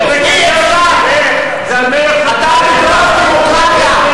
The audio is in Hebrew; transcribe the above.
לך ללוב, שם יש דמוקרטיה.